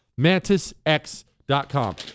MantisX.com